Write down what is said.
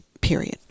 period